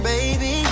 Baby